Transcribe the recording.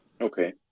Okay